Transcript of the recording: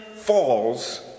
falls